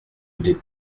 des